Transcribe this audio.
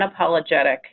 unapologetic